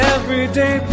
Everyday